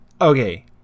Okay